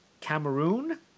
Cameroon